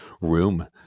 room